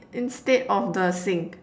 instead of the sink